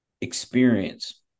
experience